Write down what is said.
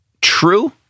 true